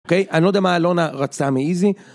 אוקיי? אני לא יודע מה אלונה רצה מאיזי.